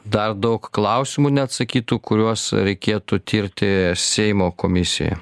dar daug klausimų neatsakytų kuriuos reikėtų tirti seimo komisijai